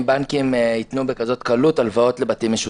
בנקים ייתנו בכזאת קלות הלוואות לבתים משותפים.